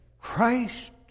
Christ